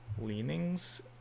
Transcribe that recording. leanings